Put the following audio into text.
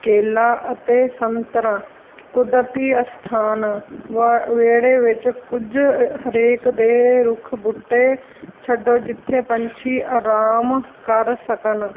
ਕੇਲਾ ਅਤੇ ਸੰਤਰਾ ਕੁਦਰਤੀ ਅਸਥਾਨ ਵ ਵਿਹੜੇ ਵਿੱਚ ਕੁਝ ਹਰੇਕ ਦੇ ਰੁੱਖ ਬੂਟੇ ਛੱਡੋ ਜਿੱਥੇ ਪੰਛੀ ਆਰਾਮ ਕਰ ਸਕਣ